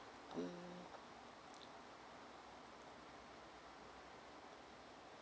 mm